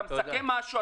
אתה מסכם משהו,